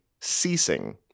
ceasing